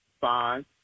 five